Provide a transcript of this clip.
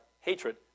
hatred